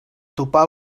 topar